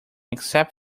except